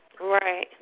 Right